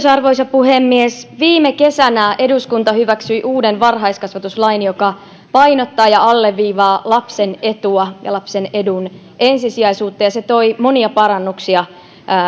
arvoisa puhemies viime kesänä eduskunta hyväksyi uuden varhaiskasvatuslain joka painottaa ja alleviivaa lapsen etua ja lapsen edun ensisijaisuutta ja se toi monia parannuksia